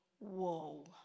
whoa